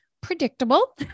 predictable